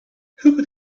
could